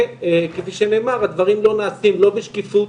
וכפי שנאמר הדברים לא נעשים לא בשקיפות,